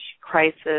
crisis